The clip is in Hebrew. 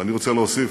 ואני רוצה להוסיף,